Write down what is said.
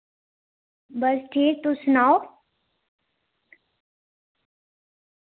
बस ठीक तुस सनाओ